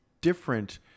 different